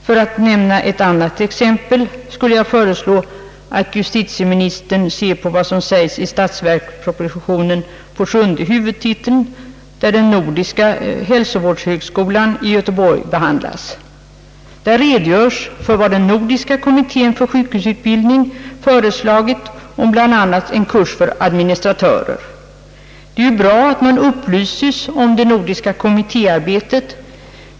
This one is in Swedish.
För att nämna ett annat exempel skulle jag föreslå att justitieministern ser på vad som sägs i statsverkspropositionen på sjunde huvudtiteln där den nordiska hälsovårdshögskolan i Göteborg behandlas. Där redogörs för vad den nordiska kommittén för sjukhusutbildning föreslagit om bl.a. en kurs för administratörer. Det är ju bra att man här upplyses om det nordiska kommittéarbetet.